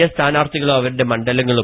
A സ്ഥാനാർഥികളും അവരുടെ മണ്ഡലങ്ങളും